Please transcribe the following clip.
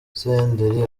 senderi